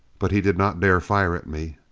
but he did not dare fire at me.